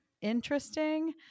interesting